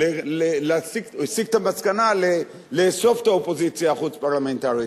הוא הסיק את המסקנה לאסוף את האופוזיציה החוץ-פרלמנטרית,